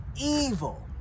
evil